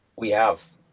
we have.